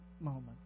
moment